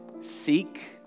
seek